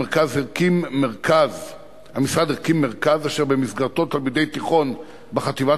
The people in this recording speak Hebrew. המשרד הקים מרכז אשר במסגרתו תלמידי תיכון בחטיבת